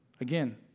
Again